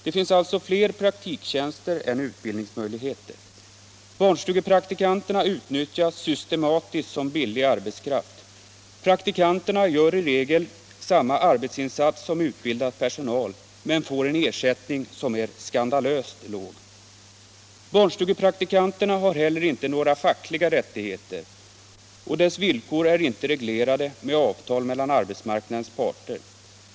Det finns alltså fler praktiktjänster än utbildningsmöjligheter. Barnstugepraktikanterna utnyttjas systematiskt som billig arbetskraft. Praktikanterna gör i regel samma arbetsinsats som utbildad personal men får en ersättning som är skandalöst låg. Barnstugepraktikanterna har inte heller några fackliga rättigheter, och deras villkor är inte reglerade i avtal mellan arbetsmarknadens parter.